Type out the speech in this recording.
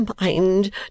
mind